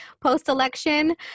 post-election